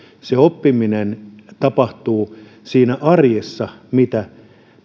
se oppiminen tapahtuu siinä arjessa mitä